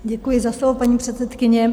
Děkuji za slovo, paní předsedkyně.